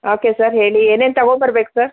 ಆಕೆ ಸರ್ ಹೇಳಿ ಏನೇನು ತಗೋಬರ್ಬೇಕು ಸರ್